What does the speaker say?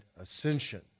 ascension